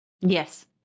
Yes